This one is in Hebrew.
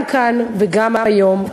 גם כאן וגם היום,